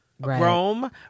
Rome